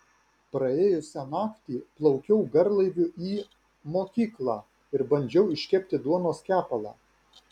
praėjusią naktį plaukiau garlaiviu į mokyklą ir bandžiau iškepti duonos kepalą